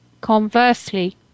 conversely